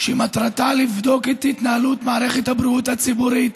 שמטרתה לבדוק את התנהלות מערכת הבריאות הציבורית